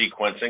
sequencing